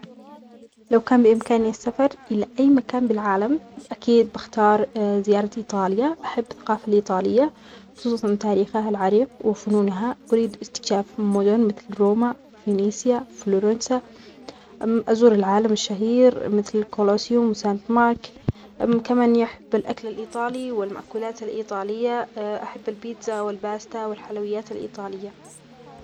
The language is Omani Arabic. لو كان بإمكانى السفر إلى أى مكان بالعالم أكيد بختار زيارة إيطاليا، بحب الثقافة الإيطالية خصوصاً تاريخها العريق وفنونها، أريد استكشاف مدن مثل روما، فينيسيا، فلورنسا، أزور العالم الشهير مثل الكلوسيوم و سان مارك، كمان إنى أحب الأكل الإيطالى والمأكولات الإيطالية أحب البيتزا والباستا والحلويات الإيطالية.